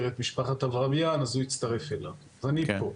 את משפחת אברמיאן, אז הוא הצטרף אליו ואני פה.